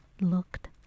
looked